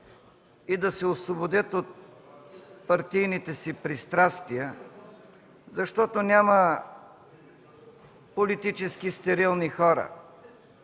и да се освободят от партийните си пристрастия, защото няма политически стерилни хора.